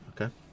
okay